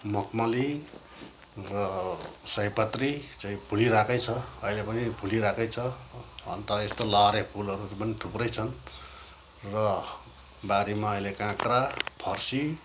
मखमली र सयपत्री चाहिँ फुलिरहेकै छ अहिले पनि फुलिरहेकै छ अन्त यस्तो लहरे फुलहरू पनि थुप्रै छन् र बारीमा अहिले काँक्रा फर्सी